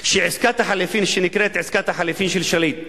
שעסקת החליפין שנקראת "עסקת החליפין של שליט",